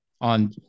on